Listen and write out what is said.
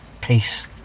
peace